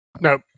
No